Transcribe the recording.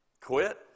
Quit